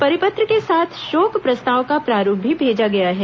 परिपत्र के साथ शोक प्रस्ताव का प्रारूप भी भेजा गया है